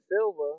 Silva